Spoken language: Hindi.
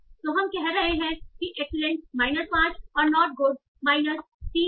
तो हम कह रहे हैं की एक्सीलेंट माइनस 5 और नॉट गुड माइनस 3 है